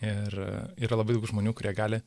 ir yra labai daug žmonių kurie gali